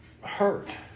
hurt